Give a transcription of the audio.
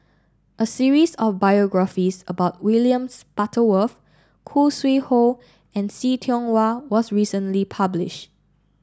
a series of biographies about Williams Butterworth Khoo Sui Hoe and See Tiong Wah was recently published